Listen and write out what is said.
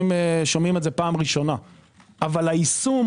שומעים אותה פה בראשונה אבל היישום